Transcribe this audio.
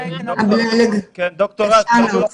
ד"ר האס,